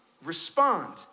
Respond